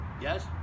Yes